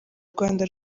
rwanda